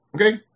Okay